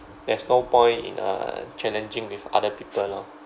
there's no point in uh challenging with other people lor